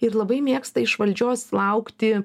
ir labai mėgsta iš valdžios laukti